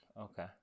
Okay